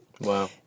Wow